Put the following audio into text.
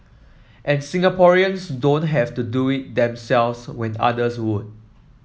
and Singaporeans don't have to do it themselves when others would